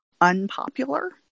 unpopular